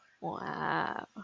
Wow